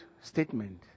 statement